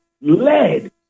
led